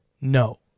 no